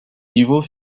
niveau